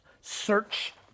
search